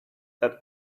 that